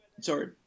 Sorry